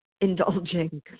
indulging